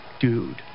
dude